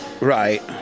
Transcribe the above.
Right